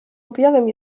objawem